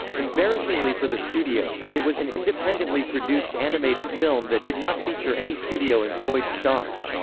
embarrassingly for the studios, it was an independently produced animated film that did not feature any studio-employed stars.